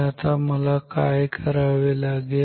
आता मला काय करावे लागेल